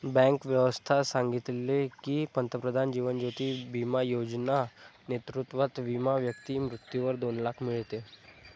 bank व्यवस्था सांगितले की, पंतप्रधान जीवन ज्योती बिमा योजना नेतृत्वात विमा व्यक्ती मृत्यूवर दोन लाख मीडते